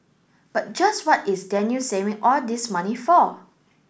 but just what is Daniel saving all this money for